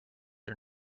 are